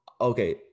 Okay